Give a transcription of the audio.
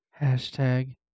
Hashtag